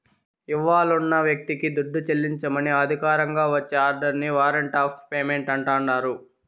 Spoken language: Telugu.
ఇవ్వాలున్న వ్యక్తికి దుడ్డు చెల్లించమని అధికారికంగా వచ్చే ఆర్డరిని వారంట్ ఆఫ్ పేమెంటు అంటాండారు